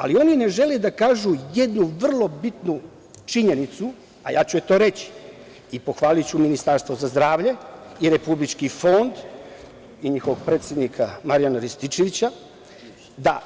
Ali oni ne žele da kažu jednu vrlo bitnu činjenicu, a ja ću je reći, i pohvaliću Ministarstvo za zdravlje i Republički fond i njihovog predsednika Marijana Rističevića da